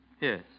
Yes